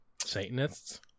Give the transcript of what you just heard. Satanists